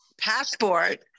passport